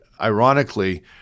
ironically